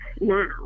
now